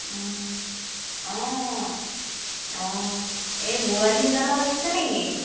অ অ অ এই বৰুৱানী দোকানত লাগিছে নেকি